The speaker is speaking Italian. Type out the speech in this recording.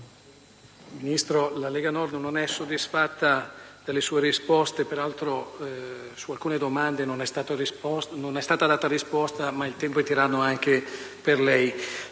Ministro, la Lega Nord non è soddisfatta delle sue risposte. Peraltro su alcune domande non è stata data risposta, ma il tempo è tiranno anche per lei.